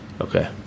Okay